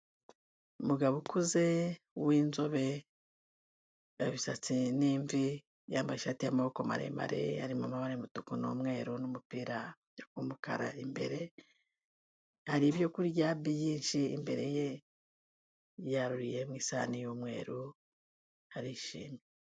Umugabo ukuze w'inzobe, yaba imisatsi ni imvi, yambaye ishati y'amaboko maremare ari mu mabara y'umutuku n'umweru, n'umupira ujya kuba umukara imbere; hari ibyo kurya byinshi imbere ye, yaruriye mu isahani y'umweru, arishimye.